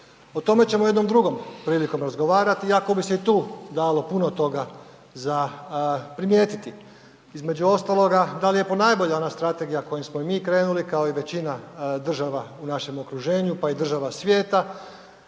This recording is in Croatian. O tome ćemo jednom drugom prilikom razgovarati iako bi se i tu dalo puno toga za primijetiti. Između ostaloga da li je ponajbolja ona strategija kojom smo i mi krenuli kao i većina država u našem okruženju, pa i država svijeta